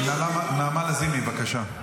נעמה לזימי, בבקשה.